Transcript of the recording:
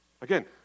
Again